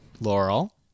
Laurel